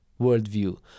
worldview